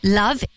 love